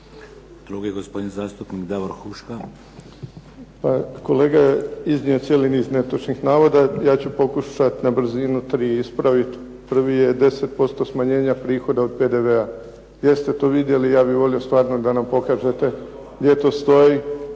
Drugi gospodin zastupnik Davor Huška.